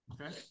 Okay